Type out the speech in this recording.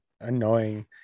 annoying